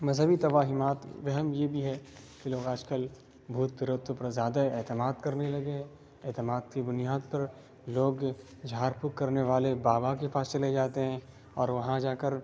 مذہبی تواہمات وہم یہ بھی ہے کہ لوگ آج کل بھوت پریتوں پر زیادہ اعتماد کرنے لگے ہے اعتماد کی بنیاد پر لوگ جھاڑ پھوک کرنے والے بابا کے پاس چلے جاتے ہیں اور وہاں جا کر